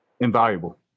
invaluable